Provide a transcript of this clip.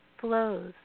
flows